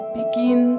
begin